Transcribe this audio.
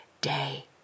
day